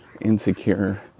insecure